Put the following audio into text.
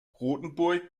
rothenburg